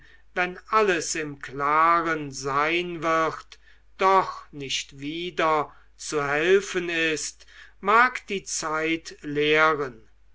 wenn alles im klaren sein wird doch nicht wieder zu helfen ist mag die zeit lehren